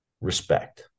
respect